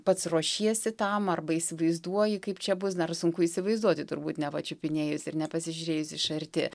pats ruošiesi tam arba įsivaizduoji kaip čia bus dar sunku įsivaizduoti turbūt nepačiupinėjus ir nepasižiūrėjus iš arti